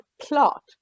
plot